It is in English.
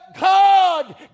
God